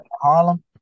harlem